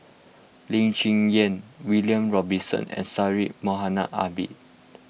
Lee Cheng Yan William Robinson and Syed Mohamed Ahmed